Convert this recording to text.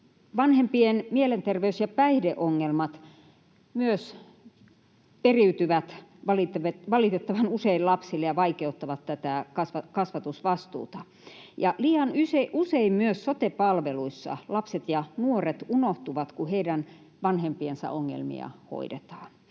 Vanhempien mielenterveys- ja päihdeongelmat myös eriytyvät valitettavan usein lapsille ja vaikeuttavat tätä kasvatusvastuuta. Liian usein myös sote-palveluissa lapset ja nuoret unohtuvat, kun heidän vanhempiensa ongelmia hoidetaan.